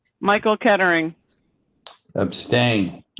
michael cattering abstain